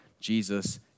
Jesus